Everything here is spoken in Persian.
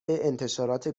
انتشارات